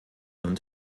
und